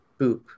boop